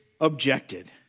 objected